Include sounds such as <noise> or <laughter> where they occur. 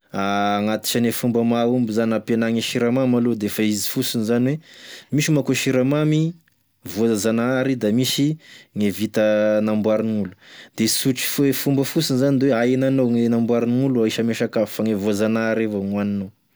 <hesitation> Agnatisane fomba mahomby zany ampienagny e siramamy aloa defa izy fosiny zany hoe misy manko e siramamy voazanahary da misy gne vita namboarign'olo de sotry fo e fomba fosiny ahenanao e namboarign'olo ahisy ame sakafo fa gne voazanahary evao gn'ohaninao.